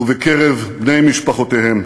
ובקרב בני משפחותיהם.